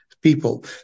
People